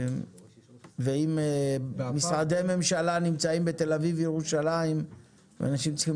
ואם במשרדי ממשלה נמצאים בתל אביב ירושלים ואנשים צריכים